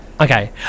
Okay